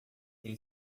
ele